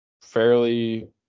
fairly